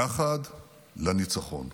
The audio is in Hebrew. יחד לניצחון.